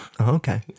Okay